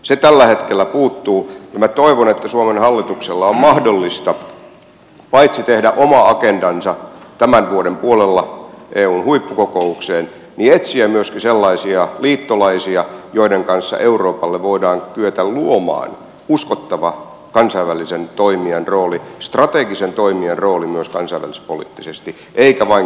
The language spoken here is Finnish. se tällä hetkellä puuttuu ja minä toivon että suomen hallituksen on mahdollista paitsi tehdä oma agendansa tämän vuoden puolella eun huippukokoukseen myöskin etsiä sellaisia liittolaisia joiden kanssa euroopalle voidaan kyetä luomaan uskottava kansainvälisen toimijan rooli strategisen toimijan rooli myös kansainvälispoliittisesti eikä vain kääntyä sisäänpäin